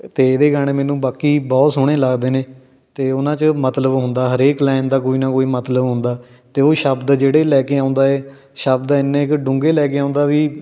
ਅਤੇ ਇਹਦੇ ਗਾਣੇ ਮੈਨੂੰ ਬਾਕਈ ਬਹੁਤ ਸੋਹਣੇ ਲੱਗਦੇ ਨੇ ਅਤੇ ਉਹਨਾਂ 'ਚ ਮਤਲਬ ਹੁੰਦਾ ਹਰੇਕ ਲਾਈਨ ਦਾ ਕੋਈ ਨਾ ਕੋਈ ਮਤਲਬ ਹੁੰਦਾ ਅਤੇ ਉਹ ਸ਼ਬਦ ਜਿਹੜੇ ਲੈ ਕੇ ਆਉਂਦਾ ਏ ਸ਼ਬਦ ਇੰਨੇ ਕੁ ਡੂੰਘੇ ਲੈ ਕੇ ਆਉਂਦਾ ਵੀ